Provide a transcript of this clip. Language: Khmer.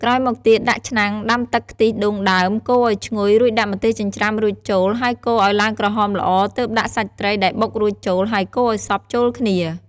ក្រោយមកទៀតដាក់ឆ្នាំងដាំទឹកខ្ទិះដូងដើម កូរឱ្យឈ្ងុយ រួចដាក់ម្ទេសចិញ្ច្រាំរួចចូល ហើយកូរឱ្យឡើងក្រហមល្អទើបដាក់សាច់ត្រីដែលបុករួចចូល ហើយកូរឱ្យសព្វចូលគ្នា។